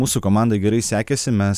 mūsų komandai gerai sekėsi mes